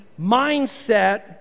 mindset